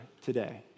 today